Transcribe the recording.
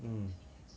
mm